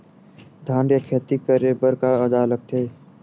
धान के खेती करे बर का औजार लगथे?